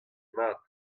mat